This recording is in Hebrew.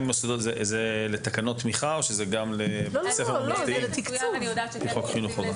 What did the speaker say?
אם מוסדות זה לתקנות תמיכה או גם לבתי ספר ממלכתיים כחוק חינוך חובה?